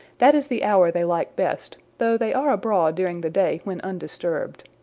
that is the hour they like best, though they are abroad during the day when undisturbed.